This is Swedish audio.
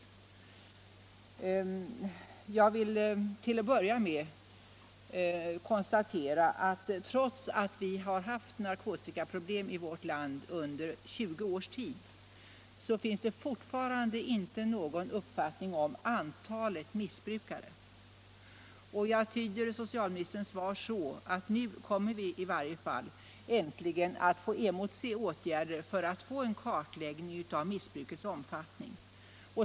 Jag vill till att börja med konstatera att det fortfarande, trots att vi har haft narkotikaproblem i vårt land under 20 års tid, inte finns någon 33 uppfattning om antalet missbrukare. Jag tyder socialministerns svar så, att vi nu i varje fall äntligen kan emotse åtgärder för att få en kartläggning av missbrukets omfattning.